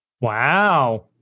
Wow